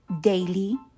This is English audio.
daily